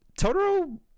Totoro